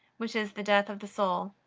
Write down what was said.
which is the death of the soul,